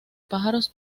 pájaros